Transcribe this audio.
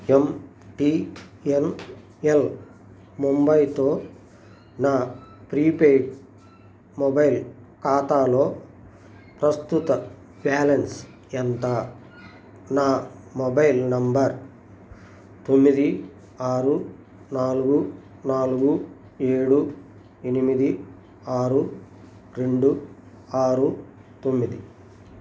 ఎమ్ T N L ముంబైతో నా prepaid mobile ఖాతాలో ప్రస్తుత బ్యాలెన్స్ ఎంత నా మొబైల్ నెంబర్ తొమ్మిది ఆరు నాలుగు నాలుగు ఏడు ఎనిమిది ఆరు రెండు ఆరు తొమ్మిది